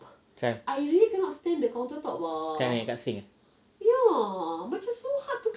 kan dekat mana yang dekat sink eh